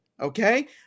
Okay